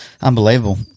Unbelievable